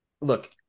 look